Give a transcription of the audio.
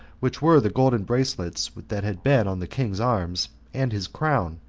which were the golden bracelets that had been on the king's arms, and his crown,